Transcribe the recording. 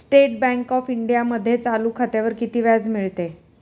State Bank of इंडियामध्ये चालू खात्यावर किती व्याज मिळते?